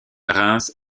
reims